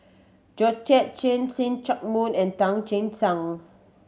Georgette Chen See Chak Mun and Tan Che Sang